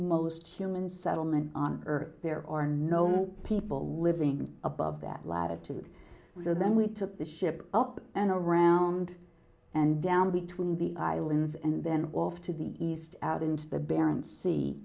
settlement on earth there are no people living above that latitude so then we took the ship up and around and down between the islands and then off to the east out into the barents se